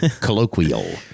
colloquial